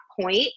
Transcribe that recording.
point